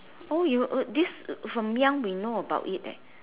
oh you this from young we know about it eh